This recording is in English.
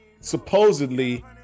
supposedly